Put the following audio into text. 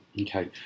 Okay